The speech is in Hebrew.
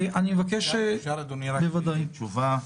אם אפשר, אדוני, רק לקבל תשובה